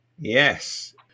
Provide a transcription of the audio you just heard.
Yes